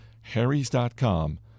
harrys.com